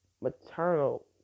maternal